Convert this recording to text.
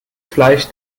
fleisch